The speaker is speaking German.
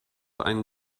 ein